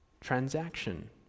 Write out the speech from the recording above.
transaction